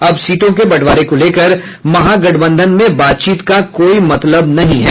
अब सीटों के बंटवारे को लेकर महागठबंधन में बातचीत का कोई मतलब नहीं है